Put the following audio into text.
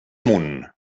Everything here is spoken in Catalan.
amunt